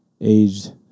aged